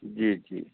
ਜੀ ਜੀ